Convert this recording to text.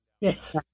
Yes